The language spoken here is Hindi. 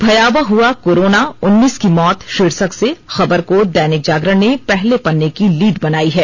भयावह हुआ कोरोना उन्नीस की मौत शीर्षक से खबर को दैनिक जागरण ने पहले पन्ने की लीड बनाई है